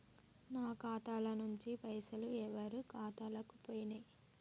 నా ఖాతా ల నుంచి పైసలు ఎవరు ఖాతాలకు పోయినయ్?